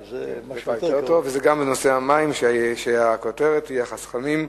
מחצבת בנימינה היא מחצבה ותיקה שסיימה